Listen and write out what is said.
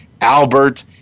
Albert